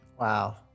Wow